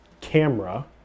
camera